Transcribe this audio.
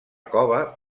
cova